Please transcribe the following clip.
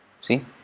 See